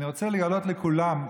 אני רוצה לגלות לכולם,